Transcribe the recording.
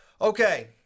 Okay